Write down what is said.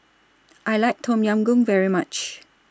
I like Tom Yam Goong very much